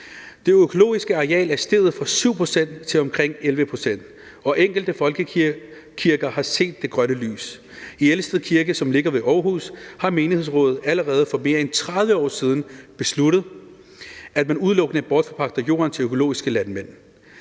Det økologiske areal er steget fra 7 pct. til omkring 11 pct., og enkelte kirker har set det grønne lys. I Elsted Kirke, som ligger ved Aarhus, har menighedsrådet allerede for mere end 30 år siden besluttet, at man udelukkende bortforpagter jorden til økologiske landmænd.